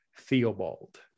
Theobald